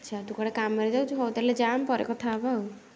ଆଚ୍ଛା ତୁ କୁଆଡ଼େ କାମରେ ଯାଉଛୁ ହଉ ତା'ହାଲେ ଯା ଆମେ ପରେ କଥା ହେବା ଆଉ